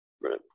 Right